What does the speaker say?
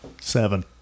Seven